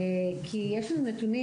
כי יש נתונים,